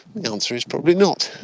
the answer is probably not.